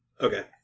Okay